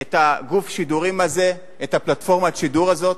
את גוף השידורים הזה, את פלטפורמת השידור הזאת,